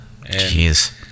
Jeez